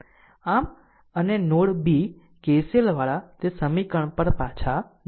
આમ અને node b KCL વાળા તે સમીકરણ પર પાછા જાઓ